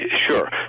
Sure